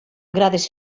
grades